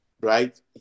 right